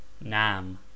nam